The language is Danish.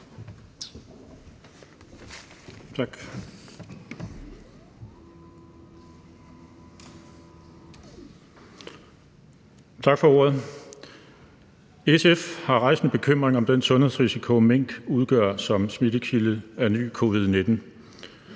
Tak for ordet. SF har rejst en bekymring om den sundhedsrisiko, mink udgør som smittekilde af ny covid-19.